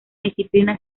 disciplina